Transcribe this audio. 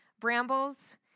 brambles